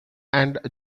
and